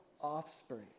offspring